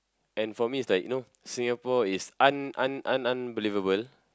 and for me it's like you know Singapore is un~ un~ un~ unbelievable